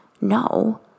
No